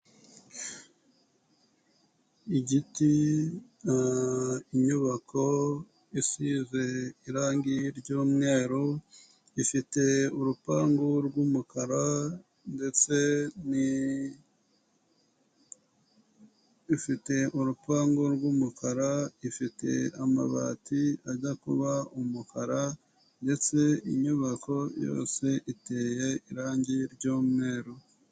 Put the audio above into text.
Igiti, inyubako isize irangi ry'umweru ifite urupangu rw'umukara, ifite amabati ajya kuba umukara ndetse inyubako yose iteye irangi ry'umweru.